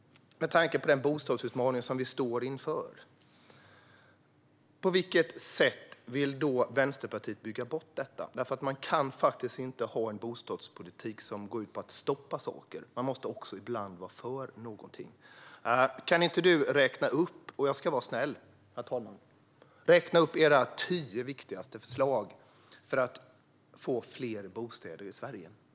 Med tanke på den bostadsutmaning vi står inför: På vilket sätt vill Vänsterpartiet bygga bort denna? Man kan inte ha en bostadspolitik som bara går ut på att stoppa saker. Ibland måste man också vara för något. Kan inte du, Nooshi Dadgostar, räkna upp era tio viktigaste förslag för att få fler bostäder i Sverige?